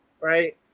right